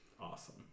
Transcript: Awesome